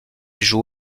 joue